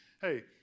Hey